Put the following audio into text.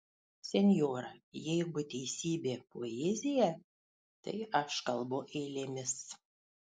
senjora jeigu teisybė poezija tai aš kalbu eilėmis